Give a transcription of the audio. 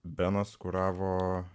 benas kuravo